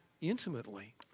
intimately